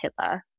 HIPAA